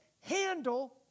handle